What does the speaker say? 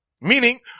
meaning